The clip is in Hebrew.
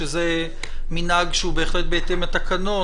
שזה מנהג שהוא בהחלט בהתאם לתקנון,